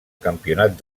campionat